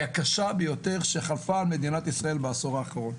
הקשה ביותר שחלפה על מדינת ישראל בעשור האחרון.